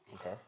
Okay